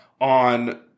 on